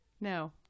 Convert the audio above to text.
No